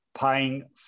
paying